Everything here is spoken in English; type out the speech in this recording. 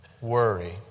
Worry